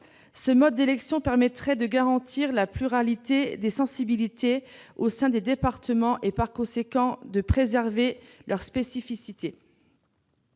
Ce mode d'élection permettrait de garantir la pluralité des sensibilités au sein des départements et, par conséquent, de préserver leur spécificité.